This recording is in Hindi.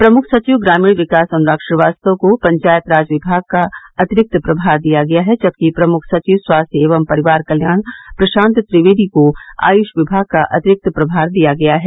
प्रमुख सचिव ग्रामीण विकास अनुराग श्रीवास्तव को पंचायत राज विभाग का अतिरिक्त प्रमार दिया गया है जबकि प्रमुख सचिव स्वास्थ्य एवं परिवार कल्याण प्रशांत त्रिवेदी को आयुष विभाग का अतिरिक्त प्रभार दिया गया है